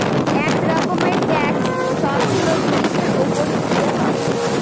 এক রকমের ট্যাক্স সবগুলো জিনিসের উপর দিতে হয়